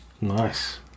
Nice